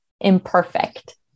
imperfect